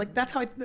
like that's like,